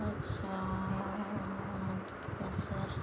তাৰপিছত কি আছে